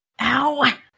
Ow